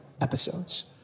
episodes